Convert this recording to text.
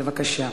בבקשה.